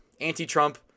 anti-Trump